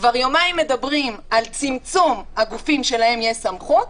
כבר יומיים מדברים על צמצום הגופים שלהם יש סמכות,